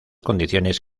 condiciones